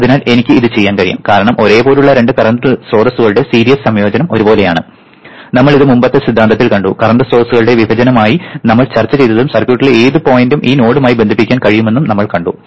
അതിനാൽ എനിക്ക് ഇത് ചെയ്യാൻ കഴിയും കാരണം ഒരേ പോലെയുള്ള രണ്ട് കറന്റ് സ്രോതസ്സുകളുടെ സീരിസ് സംയോജനം ഒരുപോലെയാണ് നമ്മൾ ഇത് മുമ്പത്തെ സിദ്ധാന്തത്തിൽ കണ്ടു കറന്റ് സ്രോതസ്സുകളുടെ വിഭജനമായി നമ്മൾ ചർച്ച ചെയ്തതും സർക്യൂട്ടിലെ ഏത് പോയിന്റും ഈ നോഡുമായി ബന്ധിപ്പിക്കാൻ കഴിയുമെന്നും നമ്മൾ കണ്ടു